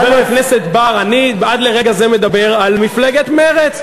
חבר הכנסת בר, אני עד לרגע זה מדבר על מפלגת מרצ.